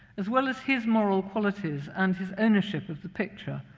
as well as his moral qualities and his ownership of the picture,